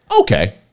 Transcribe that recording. Okay